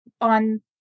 on